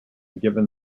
given